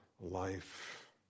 life